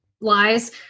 lies